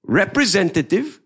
representative